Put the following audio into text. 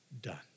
done